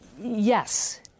Yes